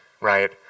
right